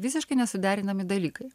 visiškai nesuderinami dalykai